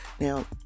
Now